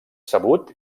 sabut